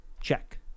Check